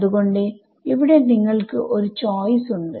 അത് കൊണ്ട് ഇവിടെ നിങ്ങൾക്ക് ഒരു ചോയ്സ് ഉണ്ട്